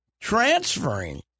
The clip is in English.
transferring